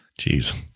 Jeez